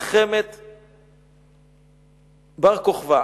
מלחמת בר-כוכבא,